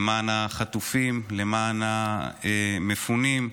למען החטופים, למען המפונים,